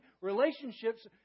Relationships